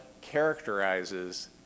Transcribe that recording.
characterizes